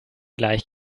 gleich